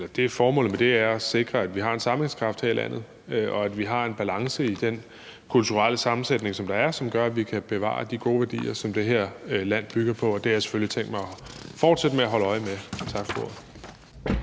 det er at sikre, at vi har en sammenhængskraft her i landet, og at vi har en balance i den kulturelle sammensætning, som der er, og som gør, at vi kan bevare de gode værdier, som det her land bygger på, og det har jeg selvfølgelig tænkt mig at fortsætte med at holde øje med. Tak for